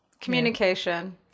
Communication